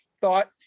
thought